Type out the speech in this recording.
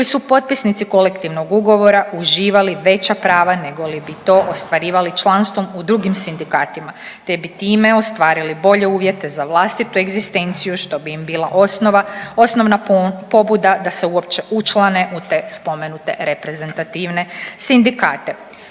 koji su potpisnici kolektivnog ugovora uživali veća prava negoli bi to ostvarivali članstvom u drugim sindikatima, te bi time ostvarili bolje uvjete za vlastitu egzistenciju što bi im bila osnovna pobuda da se uopće učlane u te spomenute reprezentativne sindikate.